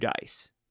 dice